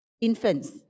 Infants